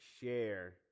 share